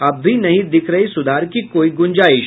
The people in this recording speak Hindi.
अब भी नहीं दिख रही सुधार की कोई गुंजाइश